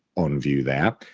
on view there,